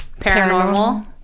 Paranormal